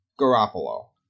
Garoppolo